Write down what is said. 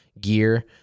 gear